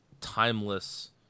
timeless